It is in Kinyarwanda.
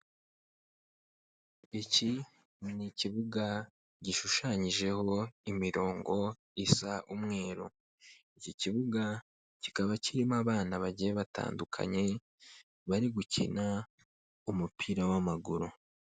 Iki ni ikibuga gishushanyijeho imirongo isa umweru. Iki kibuga kikaba kirimo abana bagiye batandukanye bari gukina umupira w'amaguru.